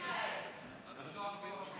אדוני היושב-ראש.